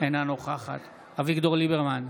אינה נוכחת אביגדור ליברמן,